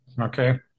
okay